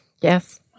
Yes